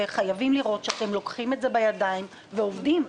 חייבים לראות שאתם לוקחים את זה בידיים ועובדים.